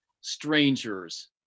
strangers